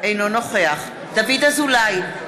אינו נוכח דוד אזולאי,